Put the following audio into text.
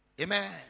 Amen